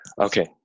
Okay